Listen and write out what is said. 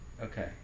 Okay